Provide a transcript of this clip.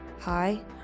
hi